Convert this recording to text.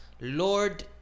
Lord